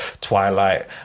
Twilight